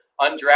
undrafted